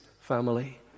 family